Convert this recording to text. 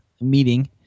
meeting